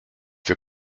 wir